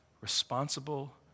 responsible